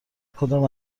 کدام